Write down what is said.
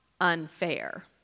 unfair